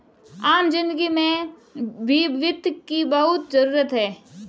आम जिन्दगी में भी वित्त की बहुत जरूरत है